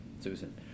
Susan